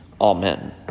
Amen